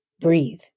breathe